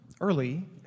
early